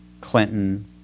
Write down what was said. Clinton